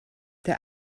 der